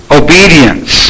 obedience